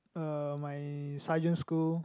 uh my sergeant school